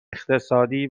اقتصادی